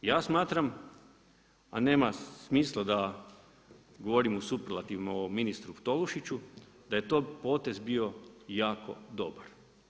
Ja smatram, a nema smisla da govorim u superlativu ovo ministru Toloušiću da je to potez bio jako dobar.